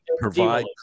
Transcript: Provide